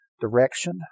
direction